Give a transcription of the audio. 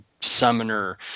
summoner